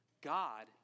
God